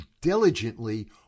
diligently